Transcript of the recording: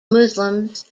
muslims